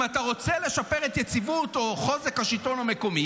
אם אתה רוצה לשפר את היציבות או החוזק של השלטון המקומי,